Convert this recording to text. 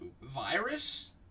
Virus